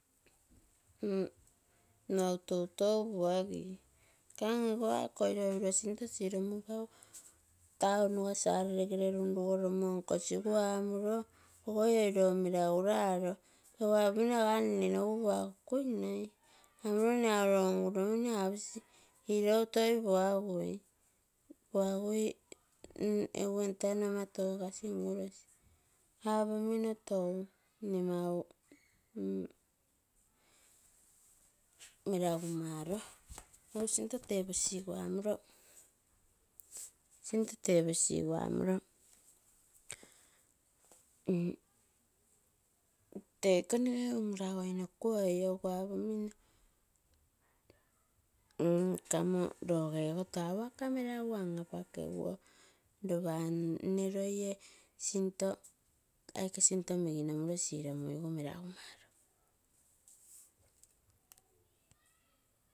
Mautou tou puagi kamo akoi loi uroo sinto siromugu eguu taun nuga saturday gerenen rugoromo nkosigu amuroo ogoi oi loo meraguralo, egu apomino aga oi nne nogu puagokuinai, apomino nne mau loo nguromino apokui ilou tou puagai, egu entano nno togokasi ngurosi apomino tou nne mau. Meragu maro egu sinto teposigu amuro teikoo nege mem meraguoi nokaoi, mm kamoroge ogo taa work meragu an apake, ropa nne loiee sinto aike sinto miginomuroo siromunoo egu meragumaroo.